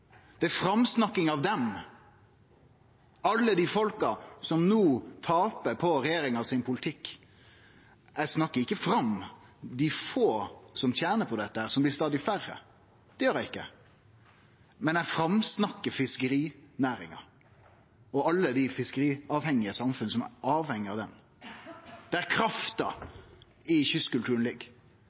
Det er framsnakking av dei – alle dei folka som no taper på politikken til regjeringa. Eg snakkar ikkje fram dei få som tener på dette, og som blir stadig færre. Det gjer eg ikkje. Men eg framsnakkar fiskerinæringa og alle dei samfunna som er avhengige av ho, der krafta i kystkulturen ligg.